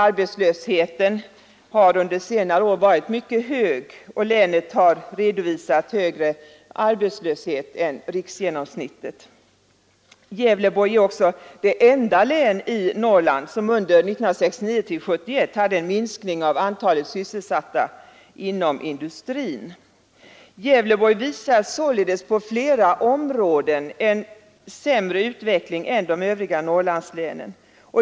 Arbetslösheten har varit mycket hög, och länet har redovisat högre arbetslöshet än riksgenomsnittet. Gävleborg är också det enda län i Norrland som under 1969—1971 hade en minskning av antalet sysselsatta inom industrin. Gävleborg visar således på flera områden en sämre utveckling än de övriga Norrlandslänen.